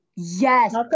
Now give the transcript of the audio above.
yes